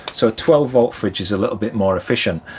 so twelve volt fridge is a little bit more efficient.